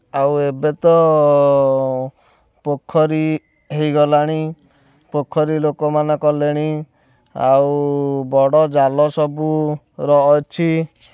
ଆଉ ଏବେ ତ ପୋଖରୀ ହେଇଗଲାଣି ପୋଖରୀ ଲୋକମାନେ କଲେଣି ଆଉ ବଡ଼ ଜାଲ ସବୁ ର ଅଛି